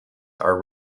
are